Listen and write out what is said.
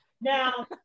now